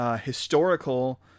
historical